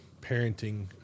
parenting